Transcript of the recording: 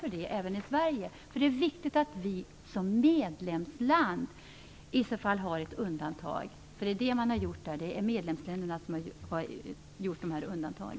Det är viktigt att vi som medlemsland gör undantag, för de nämnda medlemsländerna har gjort sådana undantag.